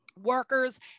workers